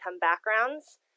backgrounds